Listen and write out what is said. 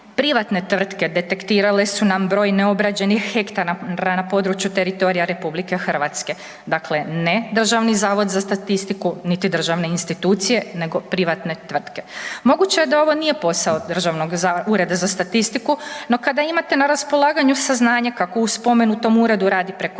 Privatne tvrtke detektirale su nam broj neobrađenih hektara na području teritorija RH. Dakle, ne Državni zavod za statistiku, niti državne institucije nego privatne tvrtke. Moguće je da ovo nije posao državnog, ureda za statistiku. No kada imate na raspolaganju saznanje kako u spomenutom uredu radi preko